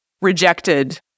rejected